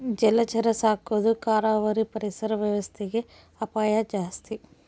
ಜಲಚರ ಸಾಕೊದು ಕರಾವಳಿ ಪರಿಸರ ವ್ಯವಸ್ಥೆಗೆ ಅಪಾಯ ಜಾಸ್ತಿ